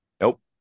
Nope